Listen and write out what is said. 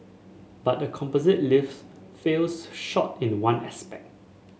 but the composite lift falls short in one aspect